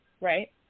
Right